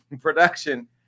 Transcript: Production